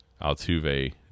Altuve